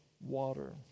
water